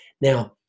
Now